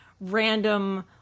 random